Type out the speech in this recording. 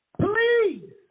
Please